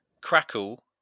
Crackle